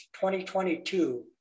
2022